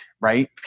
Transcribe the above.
right